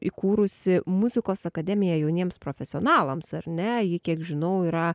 įkūrusi muzikos akademiją jauniems profesionalams ar ne ji kiek žinau yra